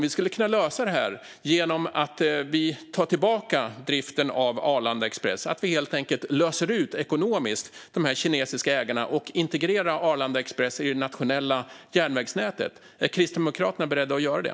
Vi skulle kunna lösa detta genom att ta tillbaka driften av Arlanda Express - helt enkelt ekonomiskt lösa ut de kinesiska ägarna och integrera Arlanda Express i det nationella järnvägsnätet. Är Kristdemokraterna beredda att göra det?